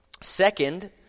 Second